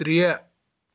ترٛےٚ